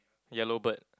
yellow bird